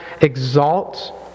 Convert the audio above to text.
exalt